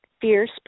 fierce